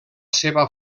seva